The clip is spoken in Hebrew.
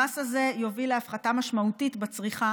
המס הזה יביא להפחתה משמעותית בצריכה